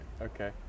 Okay